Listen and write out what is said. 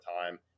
time